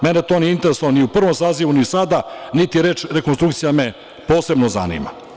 Mene to nije interesovalo ni u prvom sazivu, ni sada, niti me reč rekonstrukcija posebno zanima.